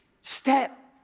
Step